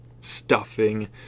stuffing